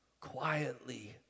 quietly